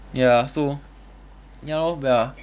ya so ya lor we are